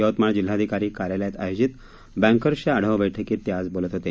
यवतमाळ जिल्हाधिकारी कार्यालयात आयोजित बँकर्सच्या आढावा बैठकीत ते आज बोलत होते